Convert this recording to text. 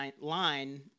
line